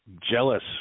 jealous